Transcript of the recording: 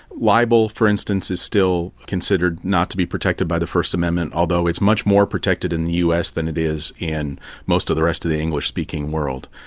libel, for instance, is still considered not to be protected by the first amendment, although it's much more protected in the us than it is in most of the rest of the english-speaking world.